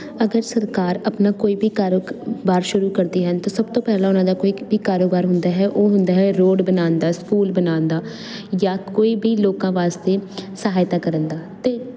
ਅਗਰ ਸਰਕਾਰ ਆਪਣਾ ਕੋਈ ਵੀ ਕਾਰੋਬਾਰ ਸ਼ੁਰੂ ਕਰਦੀ ਹੈ ਤਾਂ ਸਭ ਤੋਂ ਪਹਿਲਾਂ ਉਹਨਾਂ ਦਾ ਕੋਈ ਵੀ ਕਾਰੋਬਾਰ ਹੁੰਦਾ ਹੈ ਉਹ ਹੁੰਦਾ ਹੈ ਰੋਡ ਬਣਾਉਣ ਦਾ ਸਕੂਲ ਬਣਾਉਣ ਦਾ ਜਾਂ ਕੋਈ ਵੀ ਲੋਕਾਂ ਵਾਸਤੇ ਸਹਾਇਤਾ ਕਰਨ ਦਾ ਅਤੇ